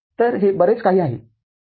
तर हे बरेच काही आहे बरोबर